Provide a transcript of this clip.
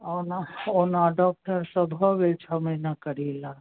ओना ओना डॉक्टरसँ भऽ गेल छओ महिना करेला